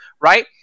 right